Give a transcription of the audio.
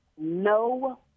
no